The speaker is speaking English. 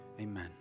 amen